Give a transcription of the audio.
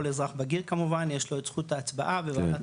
כל אזרח בגיר כמובן יש לו את זכות ההצבעה וועדת